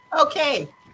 Okay